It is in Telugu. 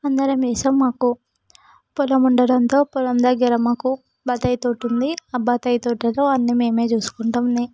అందరం చేస్తాము మాకు పొలం ఉండటంతో పొలం దగ్గర మాకు బత్తాయి తోట ఉంది ఆ బత్తాయి తోటలో అన్ని మేమే చూసుకుంటాము